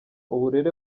uburere